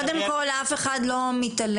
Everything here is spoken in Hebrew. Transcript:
קודם כל, אף אחד לא מתעלם.